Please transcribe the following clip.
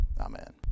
amen